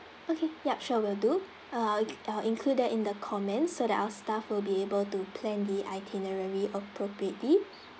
okay yup sure we'll do uh I'll include that in the comment so that our staff will be able to plan the itinerary appropriately